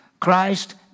Christ